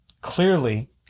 clearly